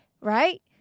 right